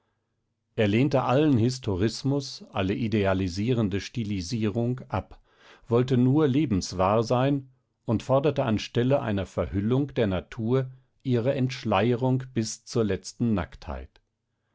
er lehnte allen historismus alle idealisierende stilisierung ab wollte nur lebenswahr sein und forderte an stelle einer verhüllung der natur ihre entschleierung bis zur letzten nacktheit